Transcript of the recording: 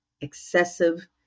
excessive